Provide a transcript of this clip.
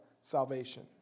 salvation